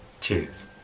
cheers